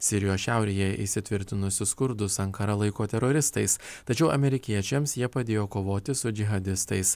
sirijos šiaurėje įsitvirtinusių kurdus ankara laiko teroristais tačiau amerikiečiams jie padėjo kovoti su džihadistais